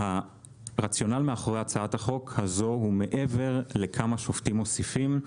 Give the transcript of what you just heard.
הרציונל מאחורי הצעת החוק הזאת הוא מעבר לכמה שופטים מוסיפים.